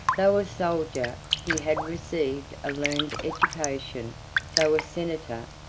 though a soldier, he had received a learned education though a senator,